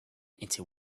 into